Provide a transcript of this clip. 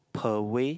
per way